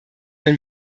wenn